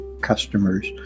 customers